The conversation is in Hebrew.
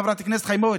חברת הכנסת חיימוביץ',